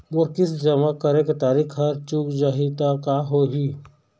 मोर किस्त जमा करे के तारीक हर चूक जाही ता का होही?